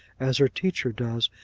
as her teacher does,